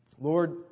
Lord